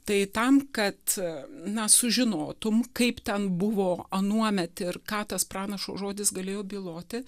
tai tam kad na sužinotum kaip ten buvo anuomet ir ką tas pranašo žodis galėjo byloti